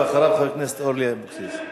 אחריו, חברת הכנסת אורלי אבקסיס.